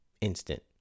instant